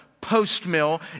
post-mill